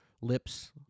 Lips